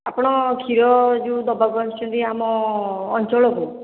ଆପଣ କ୍ଷୀର ଯେଉଁ ଦେବାକୁ ଆସୁଛନ୍ତି ଆମ ଅଞ୍ଚଳକୁ